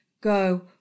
Go